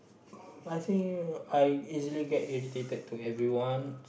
I think I easily get agitated to everyone